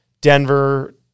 Denver